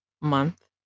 month